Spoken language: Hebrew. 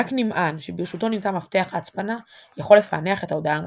רק נמען שברשותו נמצא מפתח ההצפנה יכול לפענח את ההודעה המוצפנת.